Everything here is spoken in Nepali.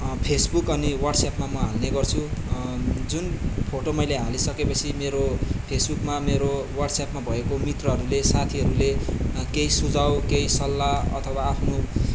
फेसबुक अनि वाट्सएपमा म हाल्ने गर्छु जुन फोटो मैले हालिसकेपछि मेरो फेसबुकमा मेरो वाट्सएपमा भएको मित्रहरूले साथीहरूले केही सुझाउ केही सल्लाह अथवा आफ्नो